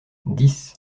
dix